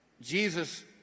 Jesus